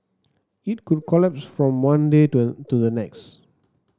it could collapse from one day to to the next